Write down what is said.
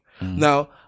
Now